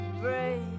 break